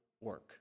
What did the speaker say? work